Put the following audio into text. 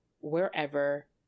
wherever